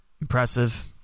impressive